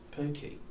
Pookie